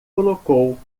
colocou